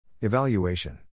Evaluation